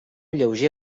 lleuger